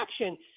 action